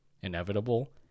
inevitable